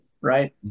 right